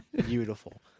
Beautiful